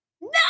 No